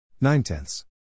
Nine-tenths